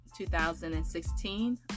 2016